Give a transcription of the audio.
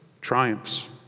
triumphs